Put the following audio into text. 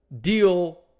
deal